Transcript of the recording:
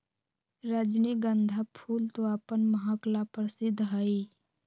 रजनीगंधा फूल तो अपन महक ला प्रसिद्ध हई